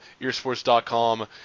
Earsports.com